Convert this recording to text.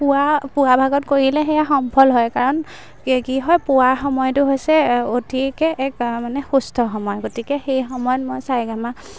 পুৱা পুৱাৰ ভাগত কৰিলে সেয়া সম্ফল হয় কাৰণ কি হয় পুৱাৰ সময়টো হৈছে অতিকে এক মানে সুস্থ সময় গতিকে সেই সময়ত মই সাৰেগামা